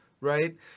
right